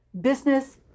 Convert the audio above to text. business